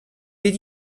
did